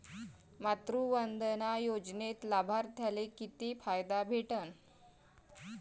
मातृवंदना योजनेत लाभार्थ्याले किती फायदा भेटन?